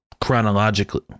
chronologically